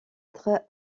être